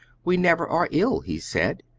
we never are ill, he said,